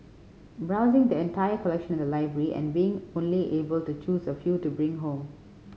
browsing the entire collection in the library and being only able to choose a few to bring home